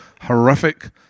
Horrific